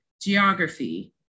geography